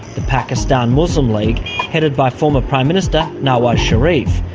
the pakistan muslim league headed by former prime minister, nawaz sharif.